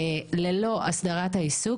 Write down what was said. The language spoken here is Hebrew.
ללא הסדרת העיסוק,